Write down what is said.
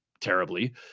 terribly